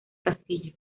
castillo